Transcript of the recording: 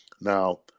now